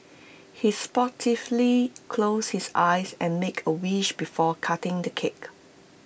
he sportively closed his eyes and made A wish before cutting the cake